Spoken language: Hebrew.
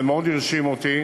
זה מאוד הרשים אותי.